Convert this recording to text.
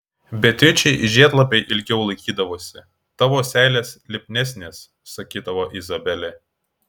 beatričei žiedlapiai ilgiau laikydavosi tavo seilės lipnesnės sakydavo izabelė